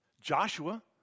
Joshua